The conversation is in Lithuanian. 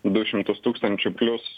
du šimtus tūkstančių plius